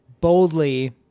boldly